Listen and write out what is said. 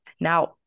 Now